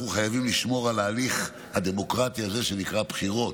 אנחנו חייבים לשמור על ההליך הדמוקרטי הזה שנקרא בחירות,